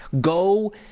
Go